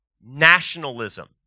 nationalism